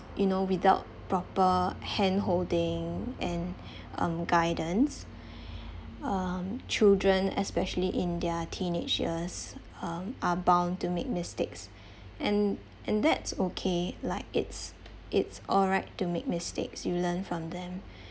you know without proper hand-holding and um guidance um children especially in their teenage years um are bound to make mistakes and and that's okay like it's it's alright to make mistakes you learn from them